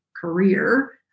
career